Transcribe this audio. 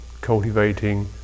cultivating